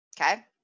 Okay